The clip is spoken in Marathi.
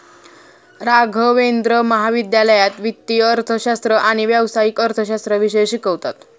राघवेंद्र महाविद्यालयात वित्तीय अर्थशास्त्र आणि व्यावसायिक अर्थशास्त्र विषय शिकवतात